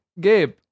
Gabe